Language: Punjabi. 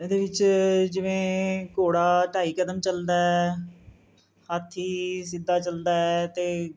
ਇਹਦੇ ਵਿੱਚ ਜਿਵੇਂ ਘੋੜਾ ਢਾਈ ਕਦਮ ਚੱਲਦਾ ਹਾਥੀ ਸਿੱਧਾ ਚੱਲਦਾ ਹੈ ਅਤੇ